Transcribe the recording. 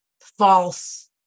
false